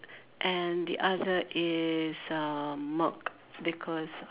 and the other is uh milk because